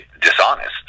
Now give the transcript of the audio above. dishonest